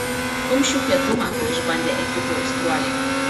kumščių kietumą išbandė ekipų aistruoliai